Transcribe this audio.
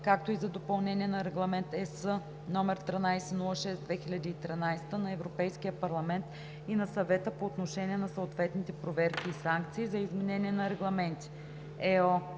както и за допълнение на Регламент (ЕС) № 1306/2013 на Европейския парламент и на Съвета по отношение на съответните проверки и санкции, за изменение на регламенти (ЕО)